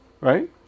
Right